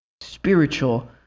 Spiritual